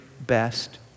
best